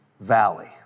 valley